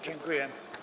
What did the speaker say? Dziękuję.